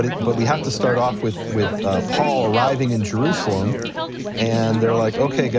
but we have to start off with with paul arriving in jerusalem and they're like, okay, yeah